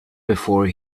before